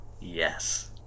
yes